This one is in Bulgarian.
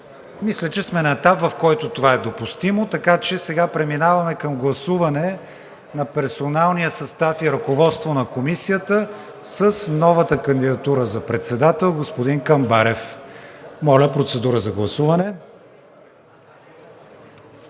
Мисля, че сме на етап, в който това е допустимо, така че сега преминаваме към гласуване на персоналния състав и ръководството на Комисията с новата кандидатура за председател – господин Камбарев. Моля, процедура за гласуване.